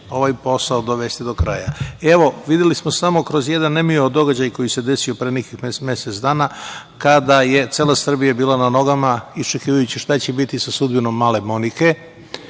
ovaj posao dovesti do kraja. Evo, videli smo samo kroz jedan nemio događaj koji se desio pre nekih mesec dana, kada je cela Srbija bila na nogama iščekivajući šta će biti sa sudbinom male Monike